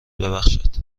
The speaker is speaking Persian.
بخشد